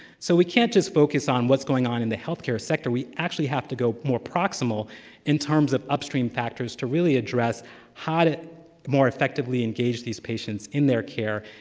so we can't just focus on what's going on in the healthcare sector, we actually have to go more proximal in terms of upstream factors to really address how to more effectively engage these patients in their care,